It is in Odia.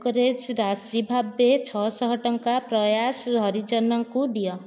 ବ୍ରୋକରେଜ୍ ରାଶି ଭାବେ ଛଅ ଶହ ଟଙ୍କା ପ୍ରୟାସ ହରିଜନଙ୍କୁ ଦିଅ